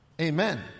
Amen